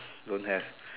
don't have